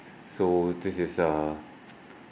so this is a